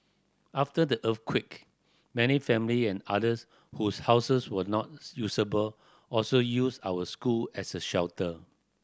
after the earthquake many family and others whose houses were not usable also used our school as a shelter